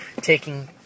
taking